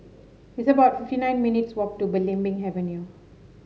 it's about fifty nine minutes' walk to Belimbing Avenue